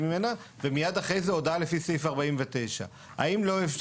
ממנה ומיד אחרי זה הודעה לפי סעיף 49. האם לא,